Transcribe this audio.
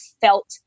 felt